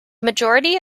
majority